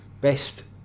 best